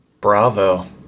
Bravo